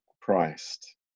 Christ